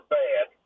bad